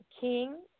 King